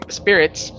spirits